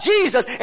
Jesus